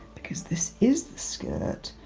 because this is the skirt,